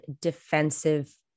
defensive